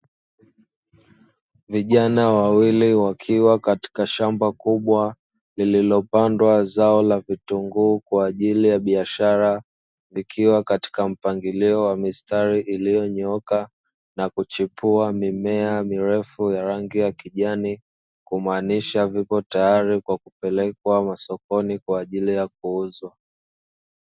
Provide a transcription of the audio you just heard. Vijana wawili wakiwa katika shamba kubwa lililopandwa zao la vitunguu kwa ajili ya biashara vikiwa katika mpangilio wa mistari iliyonyooka na kuchipua mimea mirefu ya rangi ya kijani